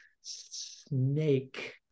snake